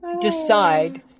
decide